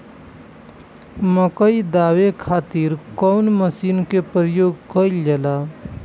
मकई दावे खातीर कउन मसीन के प्रयोग कईल जाला?